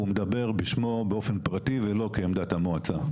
הוא מדבר בשמו באופן פרטי ולא כעמדת המועצה.